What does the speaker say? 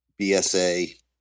BSA